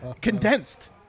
condensed